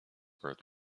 birth